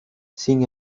sin